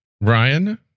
Ryan